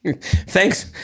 thanks